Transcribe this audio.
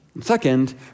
Second